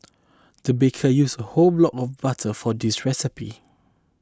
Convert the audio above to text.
the baker used a whole block of butter for this recipe